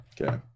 okay